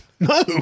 No